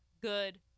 good